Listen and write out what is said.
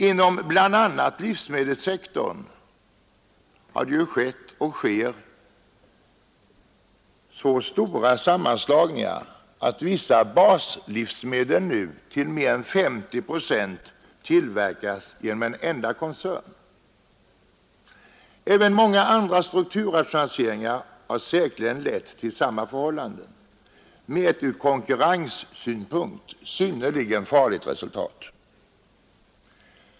Inom bl.a. livsmedelssektorn har det ju skett och sker så stora sammanslagningar, att vissa baslivsmedel nu till mer än 50 procent tillverkas av en enda koncern. Många andra strukturrationaliseringar har säkerligen lett till samma förhållande, med ett ur konkurrenssynpunkt synnerligen farligt resultat.